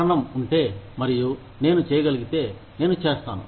కారణం ఉంటే మరియు నేను చేయగలిగితే నేను చేస్తాను